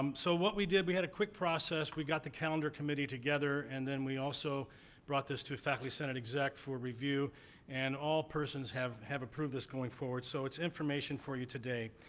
um so, what we did, we had a quick process. we got the calendar committee together. and, then, we also brought this to faculty senate exec for review and all persons have have approved this going forward. so, it's information for you today.